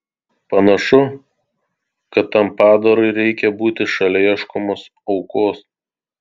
panašu kad tam padarui reikia būti šalia ieškomos aukos